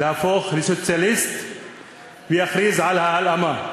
להפוך לסוציאליסט ולהכריז על הלאמה.